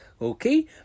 okay